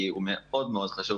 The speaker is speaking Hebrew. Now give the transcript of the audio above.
כי הוא מאוד מאוד חשוב.